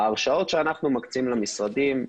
ההרשאות שאנחנו מקצים למשרדים,